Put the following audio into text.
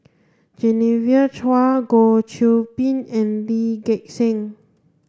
Genevieve Chua Goh Qiu Bin and Lee Gek Seng